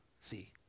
see